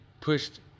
pushed